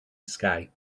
sky